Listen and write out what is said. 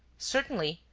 certainly,